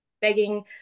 begging